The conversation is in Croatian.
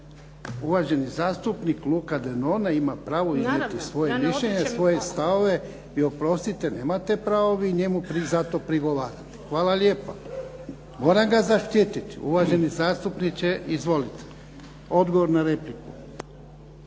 Uvaženi zastupnik Luka Denona ima pravo iznijeti svoje mišljenje i svoje stavove i oprostite, nemate pravo vi njemu zato prigovarati. Hvala lijepa. Moram ga zaštititi. Uvaženi zastupniče, izvolite. Odgovor na repliku.